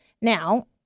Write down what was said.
Now